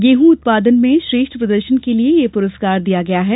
गेह जत्पादन में श्रेष्ठ प्रदर्शन के लिए ये पुरस्कार दिया गया है